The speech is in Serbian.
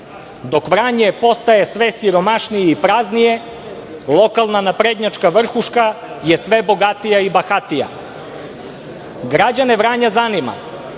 dok Vranje postaje sve siromašnije i praznije lokalna naprednjačka vrhuška je sve bogatija i bahatija. Građane Vranja zanima,